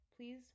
please